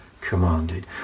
commanded